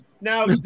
Now